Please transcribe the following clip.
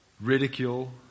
ridicule